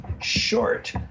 short